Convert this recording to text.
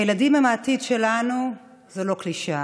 הילדים הם העתיד שלנו, זאת לא קלישאה.